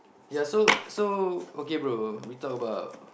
ya so so okay bro we talk about